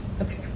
Okay